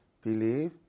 believe